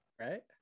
right